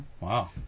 Wow